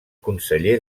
conseller